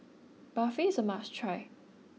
Barfi is a must try